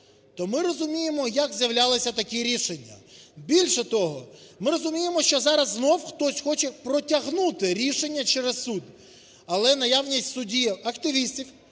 то ми розуміємо, як з'являлися такі рішення. Більше того, ми розуміємо, що зараз знову хтось хоче протягнути рішення через суд. Але наявність в суді активістів,